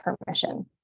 permission